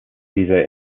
dieser